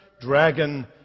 dragon